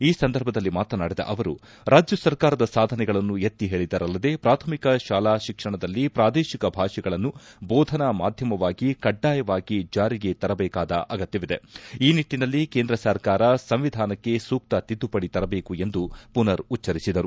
ಈ ಸಂದರ್ಭದಲ್ಲಿ ಮಾತನಾಡಿದ ಅವರು ರಾಜ್ಯ ಸರ್ಕಾರದ ಸಾಧನೆಗಳನ್ನು ಎತ್ತಿ ಹೇಳಿದರಲ್ಲದೆ ಪ್ರಾಥಮಿಕ ಶಾಲಾ ಶಿಕ್ಷಣದಲ್ಲಿ ಪ್ರಾದೇಶಿಕ ಭಾಷೆಗಳನ್ನು ಬೋಧನಾ ಮಾಧ್ಯಮವಾಗಿ ಕಡ್ಡಾಯವಾಗಿ ಜಾರಿಗೆ ತರಬೇಕಾದ ಅಗತ್ವವಿದೆ ಈ ನಿಟ್ಟಿನಲ್ಲಿ ಕೇಂದ್ರ ಸರ್ಕಾರ ಸಂವಿಧಾನಕ್ಕೆ ಸೂಕ್ತ ತಿದ್ದುಪಡಿ ತರಬೇಕು ಎಂದು ಮನರ್ ಉಚ್ಚರಿಸಿದರು